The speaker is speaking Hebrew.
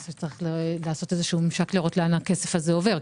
רק צריך לעשות ממשק לראות להיכן הכסף הזה עובר.